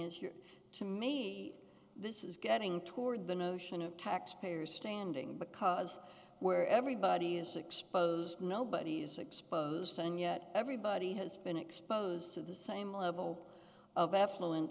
you're to me this is getting toward the notion of taxpayer standing because where everybody is exposed nobody's exposed and yet everybody has been exposed to the same level of effluent